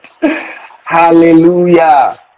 Hallelujah